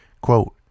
Quote